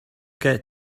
get